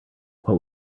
what